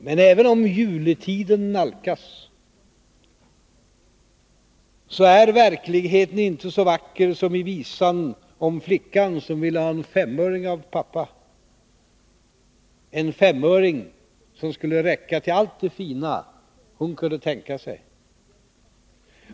Men även om juletiden nalkas, så är verkligheten inte så vacker som i visan om flickan som ville ha en femöring av pappa, en femöring som skulle räcka till allt det fina hon kunde tänka sig.